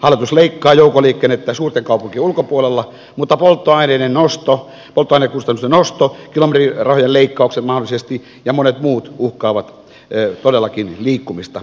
hallitus leikkaa joukkoliikennettä suurten kaupunkien ulkopuolella mutta polttoainekustannusten nosto mahdollisesti kilometrirahojen leikkaukset ja monet muut uhkaavat todellakin liikkumista maaseudulla